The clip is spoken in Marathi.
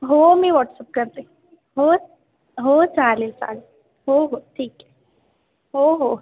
हो मी व्हॉट्सअप करते हो हो चालेल चालेल हो हो ठीक आहे हो हो